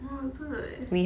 !wah! 真的 eh